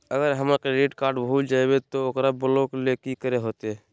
अगर हमर credit card भूल जइबे तो ओकरा ब्लॉक लें कि करे होते?